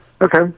Okay